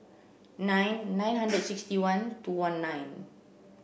nine nine hundred sixty one two one nine